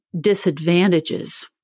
Disadvantages